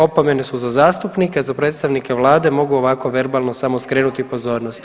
Opomene su za zastupnike, za predstavnike Vlade mogu ovako verbalno samo skrenuti pozornost.